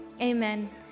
Amen